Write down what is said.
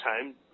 time